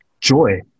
joy